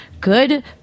Good